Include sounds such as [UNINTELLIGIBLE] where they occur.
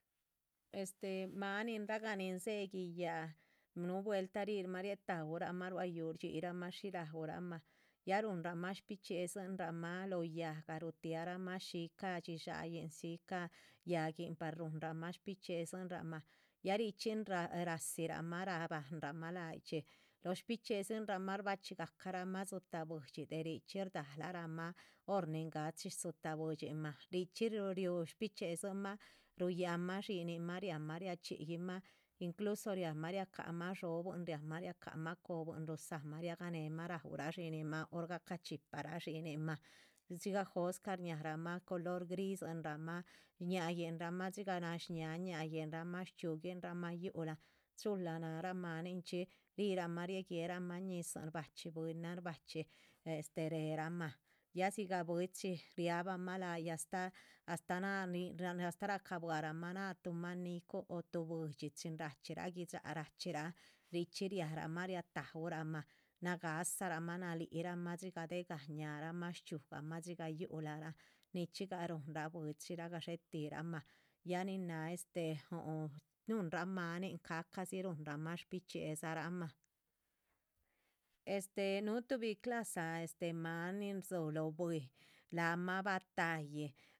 Este maaninra gah nin dzéhe guiyáha nuhu vueltah rimah rietauramah rua yúhu shdxiyiramah shí rauramah ya ruhunramah shbichxíedzinra mah lóho yáhga rutahramah shícah dxíshaa yin. shíca yáhguin par ruhunramah shbichxíedzinrah mah ya richxí rádzira mah rabahanramah láyi chxí lóho shbichxíedzin rah mah shbachxi gacaramah dzitáh buidxi de richxí. shdaha la ra mah hor ni ga´chi dzitáh buidxinmah ríchxí riúh shbichxíedzin mah ruyahanmah dxínin mah riamah riachxí yih mah incluso riamah riacáha mah dhxóbuin riahmah. riacáhamah cobuihin ruzáhmah riaga nehemah rauh dxinin mah hor gahca chxíparah dxíninmah dxigah jóscah shñáramah culor grisin rahmah ñáñinra mah dxigah nashñáhaa. ñáñinramah shchxiu ginramah yuhulan chula nárah maninchxí rihiramah rie guéramah ñizin shbachxí bwínan shba´chxí este réheramah ya dzigah bwíchi riabah mah láyih astáh. astáh náh nin [UNINTELLIGIBLE] astáh racabuaramah tuh máan ni´cu o tuh buidxi chin rachxírah gui´dxa rachxírah richxí riah ramah riataúramah nagáhsaraamah nalí rahmah. dxigah déhe gah ñáhaaramah shchxíugahmah dxigah yúhulamah nichxígah rúhunra bwíchiraa gadxé tih rahmah ya nin náha este huhu snúhunra máanin ca´ca dzi ruhunramah. shbichxíedzamah, este núhu tuhbi clasa este máan nin rdzúhu lóho bwíi lahma batáyih